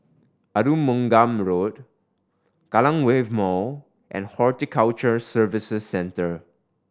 Arumugam Road Kallang Wave Mall and Horticulture Services Centre